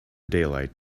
daylight